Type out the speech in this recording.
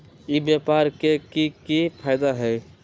ई व्यापार के की की फायदा है?